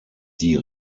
die